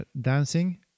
Dancing